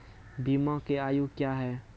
बीमा के आयु क्या हैं?